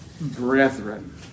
brethren